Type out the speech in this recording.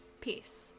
peace